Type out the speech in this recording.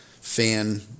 fan